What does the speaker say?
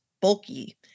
bulky